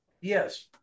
yes